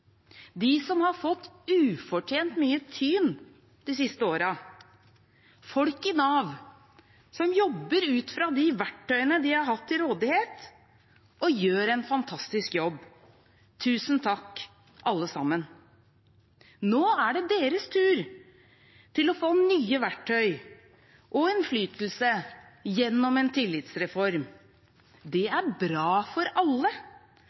de som har fått ufortjent mye tyn de siste årene, folk i Nav, som jobber ut fra de verktøyene de har hatt til rådighet, og gjør en fantastisk jobb. Tusen takk, alle sammen! Nå er det deres tur til å få nye verktøy og innflytelse gjennom en tillitsreform. Det er bra for alle